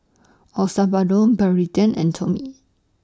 Osbaldo Braeden and Tommy